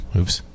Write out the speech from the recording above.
oops